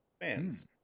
fans